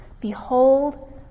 Behold